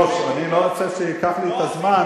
היושב-ראש, אני לא רוצה שהוא ייקח לי את הזמן.